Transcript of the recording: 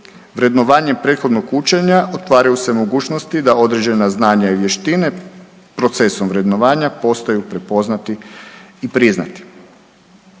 Vrednovanje prethodnog učenja otvaraju se mogućnosti da određena znanja i vještine procesom vrednovanja postaju prepoznati i priznati.